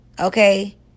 Okay